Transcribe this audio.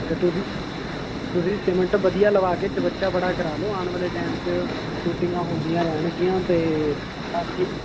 ਅਤੇ ਤੁਸੀਂ ਤੁਸੀਂ ਸੀਮਿੰਟ ਵਧੀਆ ਲਵਾ ਕੇ ਚਵੱਚਾ ਬੜਾ ਕਰਾਵਾ ਲਓ ਆਉਣ ਵਾਲੇ ਟਾਇਮ 'ਚ ਸ਼ੂਟਿੰਗਾਂ ਹੁੰਦੀਆਂ ਰਹਿਣਗੀਆਂ ਅਤੇ ਅਸੀਂ